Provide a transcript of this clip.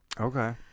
Okay